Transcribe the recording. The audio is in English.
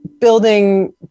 building